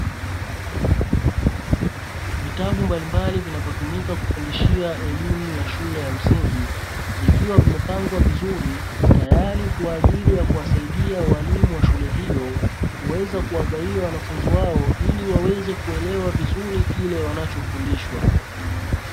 Vitabu mbalimbali vinavyotumika kufundishia elimu ya shule ya msingi, vikiwa vimepangwa vizuri tayari kwa ajili ya kuwasaidia Walimu wa shule hiyo kuweza kuwagawia wanafunzi wao; ili waweze kuelewa vizuri kile wanachofundishwa.